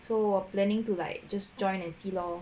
so we're planning to like just join and see lor